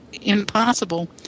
impossible